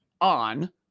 on